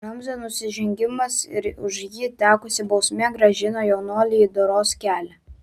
ramzio nusižengimas ir už jį tekusi bausmė grąžino jaunuolį į doros kelią